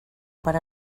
per